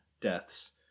deaths